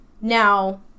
Now